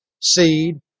seed